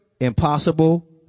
Impossible